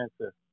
answer